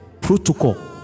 protocol